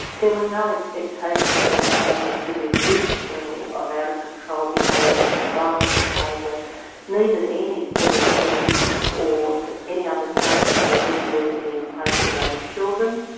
there was no expectation that a man exhibiting this level of out-of-control behaviour and violent behaviour needed any sort of intervention or any other safety measures needed to be in place for those children.